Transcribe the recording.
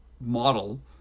model